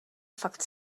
fakt